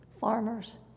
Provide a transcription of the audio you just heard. Farmers